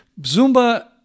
Zumba